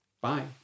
bye